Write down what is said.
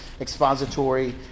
expository